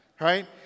Right